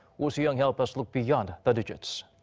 oh soo-young help us look beyond the digits.